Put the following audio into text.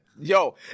Yo